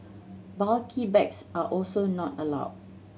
bulky bags are also not allowed